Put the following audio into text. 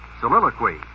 Soliloquy